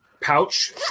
pouch